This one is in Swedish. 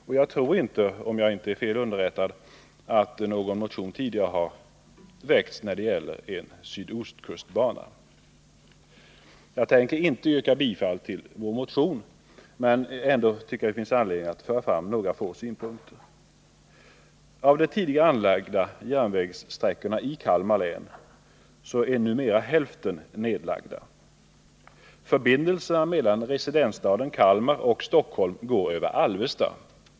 Om jag inte är fel underrättad har inte någon tidigare väckt tanken på en sydostkustbana. Jag tänker inte yrka bifall till vår motion men tycker ändå det finns anledning att föra fram några synpunkter. Av de tidigare anlagda järnvägssträckorna i Kalmar län är numera hälften nedlagda. Förbindelserna mellan residensstaden Kalmar och Stockholm går över Alvesta.